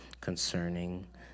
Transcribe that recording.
concerning